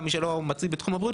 גם מי שלא מצוי בתחום הבריאות.